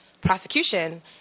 prosecution